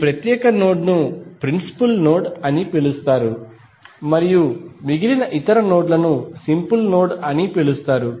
ఈ ప్రత్యేక నోడ్ ను ప్రిన్సిపుల్ నోడ్ అని పిలుస్తారు మరియు మిగిలిన ఇతర నోడ్ లను సింపుల్ నోడ్ అని పిలుస్తారు